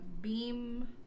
beam